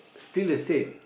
still the same